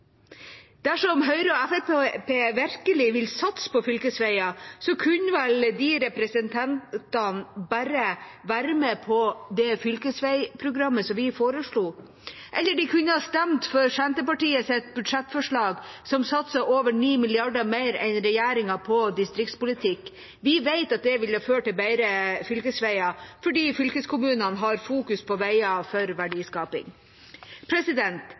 Dersom Høyre og Fremskrittspartiet virkelig vil satse på fylkesveier, kunne vel de representantene bare være med på det fylkesveiprogrammet som vi foreslo, eller de kunne ha stemt for Senterpartiets budsjettforslag, som satser over 9 mrd. kr mer enn regjeringa på distriktspolitikk. Vi vet at det ville ført til bedre fylkesveier, fordi fylkeskommunene har fokus på veier for verdiskaping.